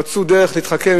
הם מצאו דרך להתחכם,